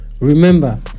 Remember